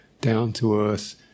down-to-earth